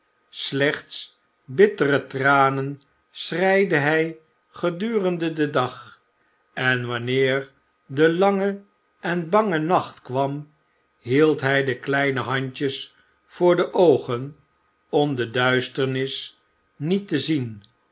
slechts bittere tranen schreide hij gedurende den dag en wanneer de lange en bange nacht kwam hield hij de kleine handjes voor de oogen om de duisternis niet te zien